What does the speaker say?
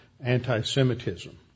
anti-Semitism